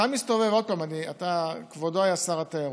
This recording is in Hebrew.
עוד פעם, כבודו היה שר התיירות.